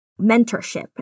mentorship